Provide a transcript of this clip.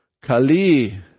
kali